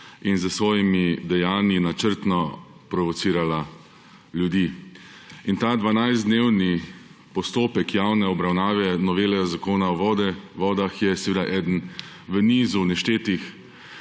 in s svojimi dejanji načrtno provocirala ljudi. In ta dvanajstdnevni postopek javne obravnave novele Zakona o vodah je seveda eden v nizu neštetih